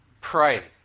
pray